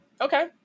Okay